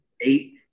eight